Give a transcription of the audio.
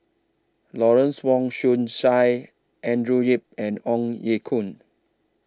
Lawrence Wong Shyun Tsai Andrew Yip and Ong Ye Kung